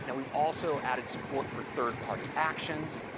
and we've also added support for third party actions,